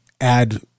add